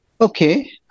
Okay